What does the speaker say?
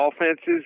offenses